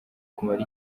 kumara